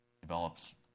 develops